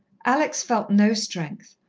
alex felt no strength,